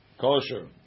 kosher